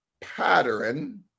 pattern